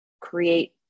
create